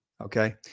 Okay